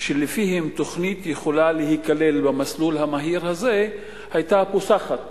שלפיהם תוכנית יכולה להיכלל במסלול המהיר הזה היתה פוסחת